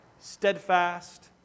steadfast